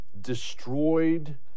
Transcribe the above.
destroyed